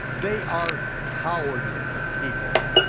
they are cowardly people,